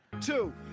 Two